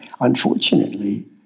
unfortunately